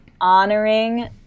honoring